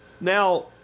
Now